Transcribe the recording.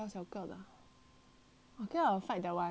I think I will fight that [one] because I can just like